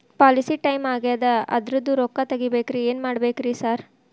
Policy time ಆಗ್ಯಾದ ಅದ್ರದು ರೊಕ್ಕ ತಗಬೇಕ್ರಿ ಏನ್ ಮಾಡ್ಬೇಕ್ ರಿ ಸಾರ್?